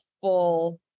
full